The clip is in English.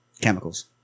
Chemicals